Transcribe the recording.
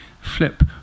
flip